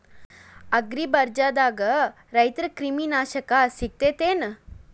ಅಗ್ರಿಬಜಾರ್ದಾಗ ರೈತರ ಕ್ರಿಮಿ ನಾಶಕ ಸಿಗತೇತಿ ಏನ್?